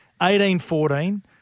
18-14